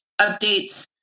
updates